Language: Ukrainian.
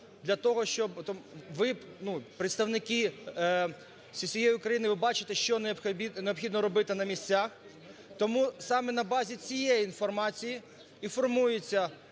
для того, щоб ви, ну, представники зі всієї України, ви бачите, що необхідно робити на місцях. Тому саме на базі цієї інформації і формується